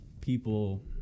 people